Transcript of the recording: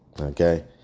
Okay